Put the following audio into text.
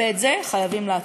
ואת זה חייבים לעצור.